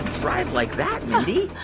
drive like that, mindy?